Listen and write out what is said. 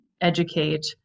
educate